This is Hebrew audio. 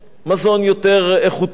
מזון יותר איכותי,